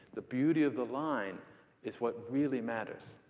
the beauty of the line is what really matters.